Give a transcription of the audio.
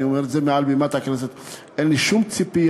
אני אומר את זה מעל בימת הכנסת: אין לי שום ציפייה